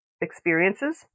experiences